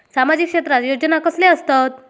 सामाजिक क्षेत्रात योजना कसले असतत?